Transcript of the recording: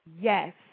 Yes